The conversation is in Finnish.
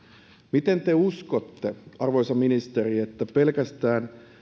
miten te uskotte arvoisa ministeri että pelkästään